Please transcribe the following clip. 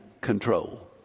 control